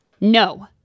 No